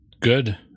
good